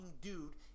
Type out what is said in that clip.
dude